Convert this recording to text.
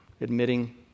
admitting